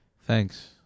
Thanks